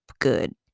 good